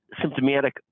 symptomatic